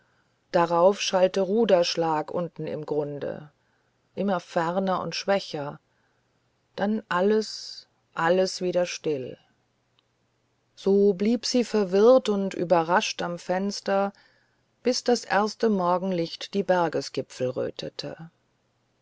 darauf schallte ruderschlag unten im grunde immer ferner und schwächer dann alles alles wieder still so blieb sie verwirrt und überrascht am fenster bis das erste morgenlicht die bergesgipfel rötete